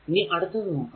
ഇനി അടുത്ത് നോക്കാം